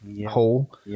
hole